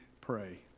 pray